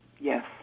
Yes